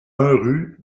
rue